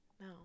No